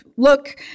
look